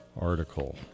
article